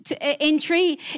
entry